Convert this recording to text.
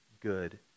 good